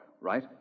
Right